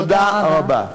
תודה רבה.